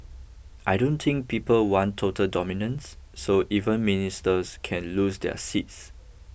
I don't think people want total dominance so even Ministers can lose their seats